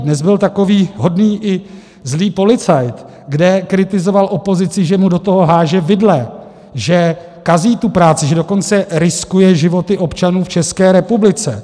Dnes byl takový hodný i zlý policajt, kde kritizoval opozici, že mu do toho háže vidle, že kazí tu práci, že dokonce riskuje životy občanů v České republice.